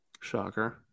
shocker